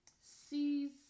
sees